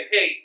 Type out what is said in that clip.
Hey